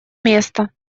место